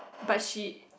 but she